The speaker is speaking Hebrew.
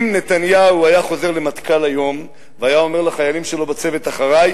אם נתניהו היה חוזר למטכ"ל היום והיה אומר לחיילים שלו בצוות "אחרי",